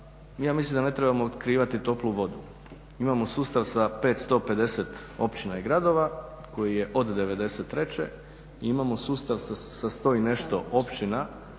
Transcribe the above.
ja mislim da ne trebamo otkrivati toplu vodu. Imamo sustav sa 550 općina i gradova koji je od '93.i imamo sustav sa 100 i nešto općina